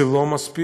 זה לא מספיק.